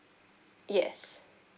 yes